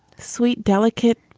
sweet, delicate,